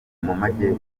mumajyepfo